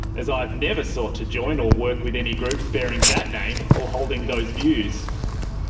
as i have never sought to join or work with any groups bearing that name or holding those views.